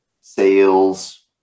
sales